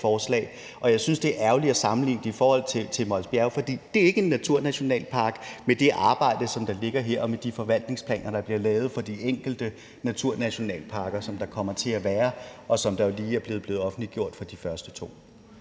forslag. Og jeg synes, det er ærgerligt at sammenligne det med Mols Bjerge. For det er ikke en naturnationalpark med det arbejde, som der ligger heri, og med de forvaltningsplaner, der bliver lavet for de enkelte naturnationalparker, som der kommer til at være, og hvor de første to lige er blevet offentliggjort. Kl. 15:24 Første